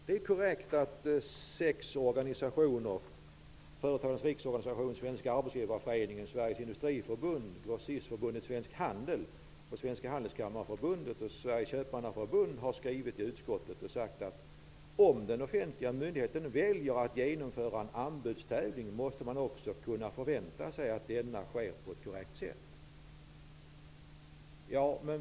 Det är korrekt att sex organisationer -- Företagarnas riksorganisation, Svenska arbetsgivareföreningen, Svensk Handel, Svenska handelskammarförbundet och Sveriges Köpmannaförbund -- har skrivit till utskottet och sagt att om den offentliga myndigheten väljer att genomföra en anbudstävling måste man också kunna förvänta sig att denna sker på ett korrekt sätt.